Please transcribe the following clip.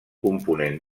component